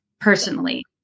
personally